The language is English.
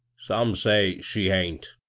some say she hain't.